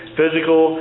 physical